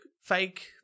fake